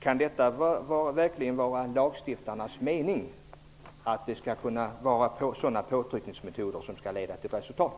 Kan det verkligen vara lagstiftarnas mening att sådana påtryckningsmedel skall leda till resultat?